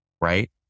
right